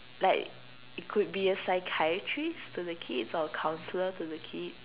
like it could be a psychiatrist to the kids or a counselor to the kid